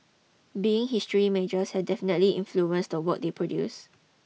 being history majors has definitely influenced the work they produce